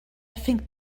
think